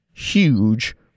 huge